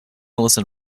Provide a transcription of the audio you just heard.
listen